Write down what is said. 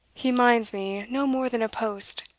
he minds me no more than a post.